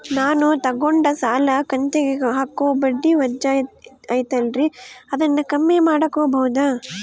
ನಾನು ತಗೊಂಡ ಸಾಲದ ಕಂತಿಗೆ ಹಾಕೋ ಬಡ್ಡಿ ವಜಾ ಐತಲ್ರಿ ಅದನ್ನ ಕಮ್ಮಿ ಮಾಡಕೋಬಹುದಾ?